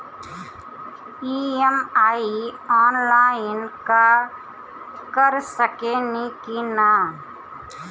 EMI online कर सकेनी की ना?